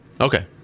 okay